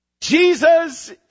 Jesus